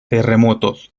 terremotos